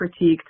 critiqued